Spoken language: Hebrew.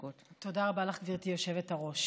לך, גברתי היושבת-ראש.